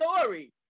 story